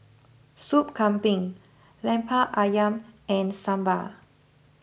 Soup Kambing Lemper Ayam and Sambal